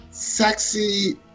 Sexy